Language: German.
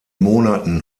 monaten